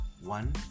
one